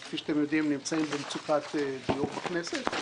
וכפי שאתם יודעים, נמצאים במצוקת דיור בכנסת.